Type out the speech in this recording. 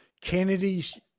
Kennedys